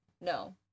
No